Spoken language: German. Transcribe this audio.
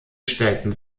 stellten